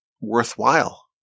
worthwhile